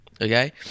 Okay